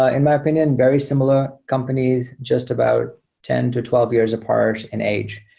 ah in my opinion, very similar companies. just about ten to twelve years apart in age.